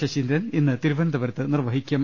ശശീന്ദ്രൻ ഇന്ന് തിരുവനന്തരത്ത് നിർവ്വഹിക്കും